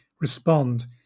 respond